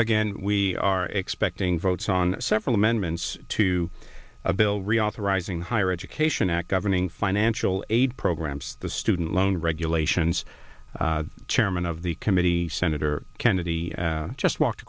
again we are expecting votes on several amendments to a bill reauthorizing higher education act governing financial aid programs the student loan regulations chairman of the committee senator kennedy just walked